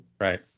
Right